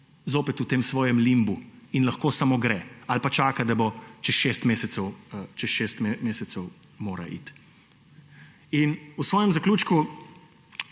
zopet v tem svojem limbu in lahko samo gre ali pa čaka, da bo čez šest mesecev mora iti. V svojem zaključku,